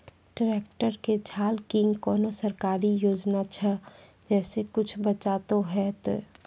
Tractor के झाल किंग कोनो सरकारी योजना छ जैसा कुछ बचा तो है ते?